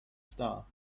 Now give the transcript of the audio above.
star